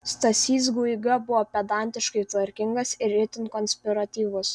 stasys guiga buvo pedantiškai tvarkingas ir itin konspiratyvus